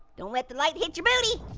don't let the light hit your booty.